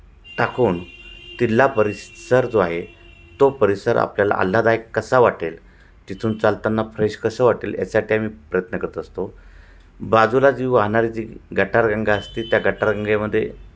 टाकून तिथला परिसर जो आहे तो परिसर आपल्याला आल्हाददायक कसा वाटेल तिथून चालताना फ्रेश कसा वाटेल याच्यासाठी आम्ही प्रयत्न करत असतो बाजूला जी वाहणारी जी गटारगंगा असते त्या गटार गंगेमध्ये